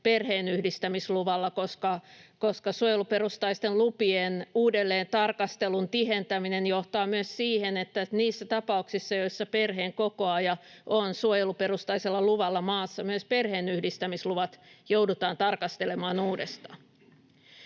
perheenyhdistämisluvalla, koska suojeluperustaisten lupien uudelleentarkastelun tihentäminen johtaa myös siihen, että niissä tapauksissa, joissa perheenkokoaja on suojeluperustaisella luvalla maassa, myös perheenyhdistämisluvat joudutaan tarkastelemaan uudestaan.